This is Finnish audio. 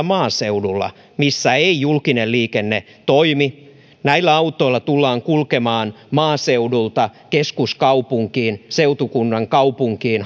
maaseudulla missä ei julkinen liikenne toimi autoilla tullaan kulkemaan maaseudulta keskuskaupunkiin seutukunnan kaupunkiin